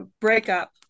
breakup